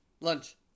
Lunch